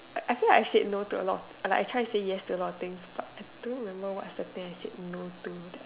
I I think I said no to a lot like I try to say yes to a lot of things but I don't remember what's the thing I said no to that I